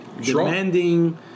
demanding